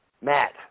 Matt